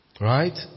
Right